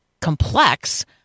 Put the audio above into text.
complex